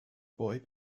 boy